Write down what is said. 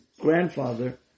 grandfather